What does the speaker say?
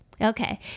Okay